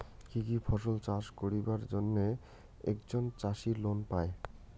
কি কি ফসল চাষ করিবার জন্যে একজন চাষী লোন পায়?